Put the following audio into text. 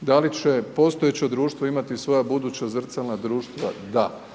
Da li će postojeće društvo imati svoja buduća zrcalna društva, da.